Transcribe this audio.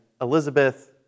Elizabeth